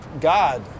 God